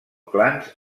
clans